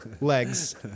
legs